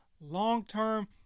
long-term